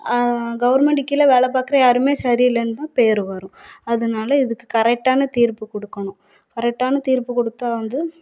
government கீழே வேலை பார்க்குற யாருமே சரி இல்லைன்னு தான் பேர் வரும் அதனால் இதுக்கு கரெக்டான தீர்ப்பு கொடுக்கணும் கரெக்டான தீர்ப்பு கொடுத்தா வந்து